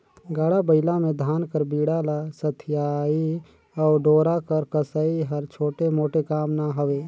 गाड़ा बइला मे धान कर बीड़ा ल सथियई अउ डोरा कर कसई हर छोटे मोटे काम ना हवे